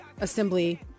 assembly